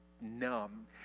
numb